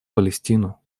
палестину